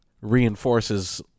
reinforces